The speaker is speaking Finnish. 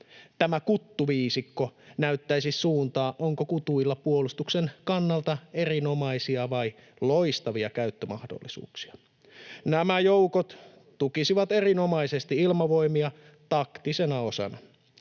Tämä kuttuviisikko näyttäisi suuntaa, onko kutuilla puolustuksen kannalta erinomaisia vai loistavia käyttömahdollisuuksia. Nämä joukot tukisivat erinomaisesti Ilmavoimia taktisena osana.